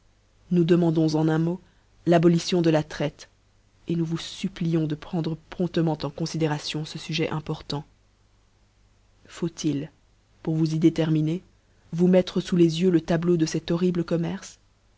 nous demandons en un mot l'abolition de la traite nous vous fitpplions de prendre promptement en considération ce fujet important faut-il pour vous y déterminer vous mettre tous les yeux le tableau de cet horrible commerce